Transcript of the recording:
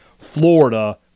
Florida